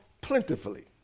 plentifully